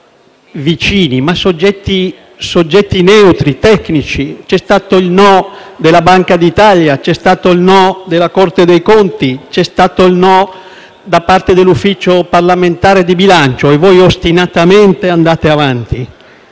vicini ma soggetti neutri, tecnici. C'è stato il no della Banca d'Italia, il no della Corte dei conti, il no da parte dell'Ufficio parlamentare di bilancio e voi ostinatamente andate avanti.